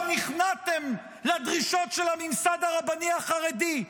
נכנעתם לדרישות של הממסד הרבני החרדי?